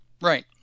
Right